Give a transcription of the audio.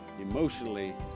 emotionally